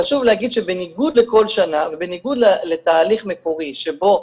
חשוב לי להגיד שבניגוד לכל שנה ובניגוד לתהליך מקורי שבו,